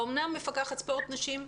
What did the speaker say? נורית, מפקחת ספורט נשים,